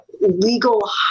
legal